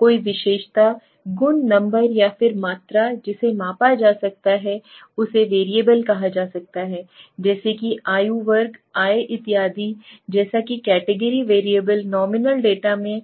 कोई विशेषता गुण नंबर या फिर मात्रा जिसे मापा जा सकता है उसे वेरिएबल कहा जा सकता है जैसे कि आयु वर्ग आय इत्यादि जैसा की कैटेगरी वेरिएबल नॉमिनल डाटा मैं